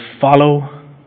follow